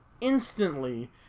instantly